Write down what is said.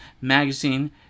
magazine